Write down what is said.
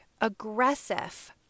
aggressive